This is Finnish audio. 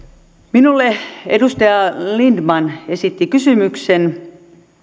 minulle edustaja lindtman esitti kysymyksen